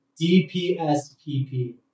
DPSPP